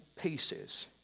pieces